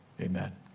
amen